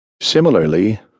Similarly